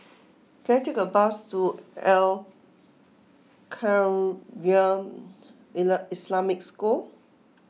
can I take a bus to Al Khairiah Islamic School